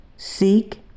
Seek